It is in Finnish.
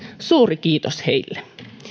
suuri kiitos heille